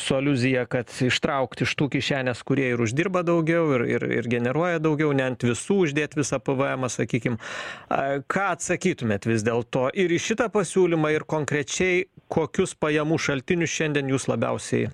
su aliuzija kad ištraukt iš tų kišenės kurie ir uždirba daugiau ir ir ir generuoja daugiau ne ant visų uždėt visą pvemą sakykim ką atsakytumėt vis dėlto ir į šitą pasiūlymą ir konkrečiai kokius pajamų šaltinius šiandien jūs labiausiai